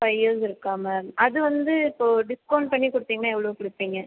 five years இருக்கா ma'am அது வந்து இப்போது டிஸ்கவுண்ட் பண்ணி கொடுத்தீங்கன்னா எவ்வளோ கொடுப்பீங்க